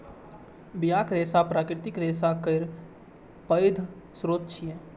बियाक रेशा प्राकृतिक रेशा केर पैघ स्रोत छियै